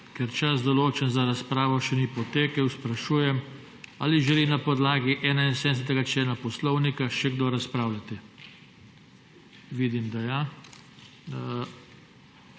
Ker čas, določen za razpravo, še ni potekel, sprašujem, ali želi na podlagi 71. člena Poslovnika še kdo razpravljati. (Da.)